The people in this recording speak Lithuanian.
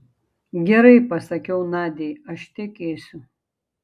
gerai pasakiau nadiai aš tekėsiu